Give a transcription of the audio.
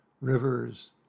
rivers